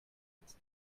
its